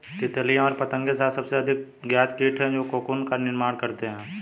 तितलियाँ और पतंगे शायद सबसे अधिक ज्ञात कीट हैं जो कोकून का निर्माण करते हैं